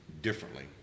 differently